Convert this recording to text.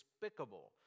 despicable